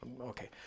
Okay